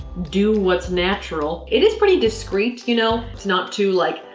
do what's natural it is pretty discreet you know, it's not too, like,